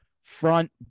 front